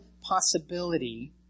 possibility